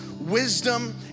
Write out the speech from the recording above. wisdom